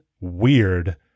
weird